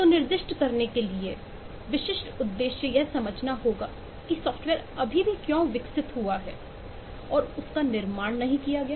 तो निर्दिष्ट करने के लिए विशिष्ट उद्देश्य यह समझना होगा कि सॉफ्टवेयर अभी भी क्यों विकसित हुआ है और उस का निर्माण नहीं किया गया